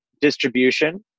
distribution